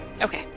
Okay